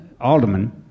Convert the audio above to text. Alderman